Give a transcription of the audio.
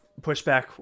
pushback